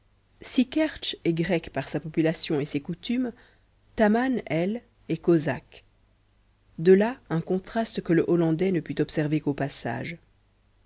est grecque par sa population et ses coutumes taman elle est cosaque de là un contraste que le hollandais ne put observer qu'au passage